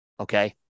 Okay